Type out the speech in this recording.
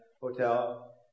hotel